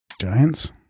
Giants